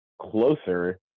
closer